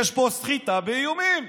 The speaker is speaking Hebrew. יש פה סחיטה באיומים.